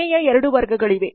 ವಿಮೆಯ 2 ವರ್ಗಗಳಿವೆ